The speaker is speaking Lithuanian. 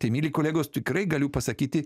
tai mieli kolegos tikrai galiu pasakyti